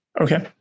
okay